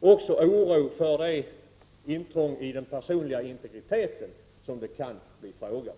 Det gäller också oron för intrång i den personliga integriteten som det kan bli fråga